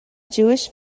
jewish